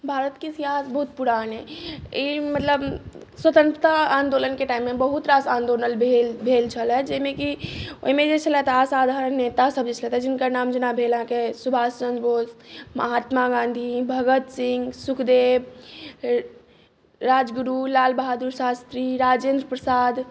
भारतके इतिहास बहुत पुरान अइ ई मतलब स्वतन्त्रता आन्दोलनके टाइममे बहुत रास आन्दोलन भेल भेल छलए जाहिमेकि ओहिमे जे छलथि असाधारण नेतासभ जे छलथिए जिनकर नाम जेना भेल अहाँके सुभाषचन्द्र बोष महात्मा गाँधी भगत सिंह सुखदेव रा राजगुरु लालबाहदुर शास्त्री राजेन्द्र प्रसाद